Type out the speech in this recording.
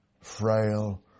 frail